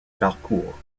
parcourent